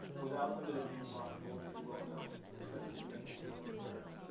without them, it'd be impossible, as you well know. there's such a commitment on the parents.